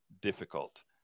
difficult